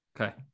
okay